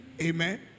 Amen